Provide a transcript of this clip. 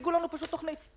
יציגו לנו פשוט תכנית.